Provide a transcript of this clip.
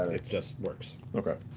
it just works. laura